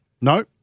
No